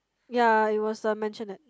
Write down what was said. ya it was a mansionette